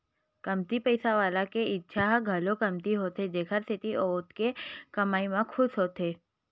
कमती पइसा वाला के इच्छा ह घलो कमती होथे जेखर सेती ओतके कमई म खुस होथे